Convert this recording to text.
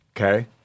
Okay